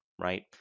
right